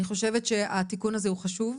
אני חושבת שהתיקון הזה הוא חשוב,